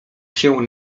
się